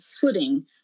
footing